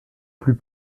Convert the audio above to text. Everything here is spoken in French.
plus